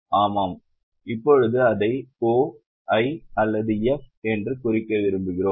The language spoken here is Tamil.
ஆமாம் இப்போது அதை OI அல்லது F என்று குறிக்க விரும்புகிறோம்